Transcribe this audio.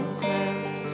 clouds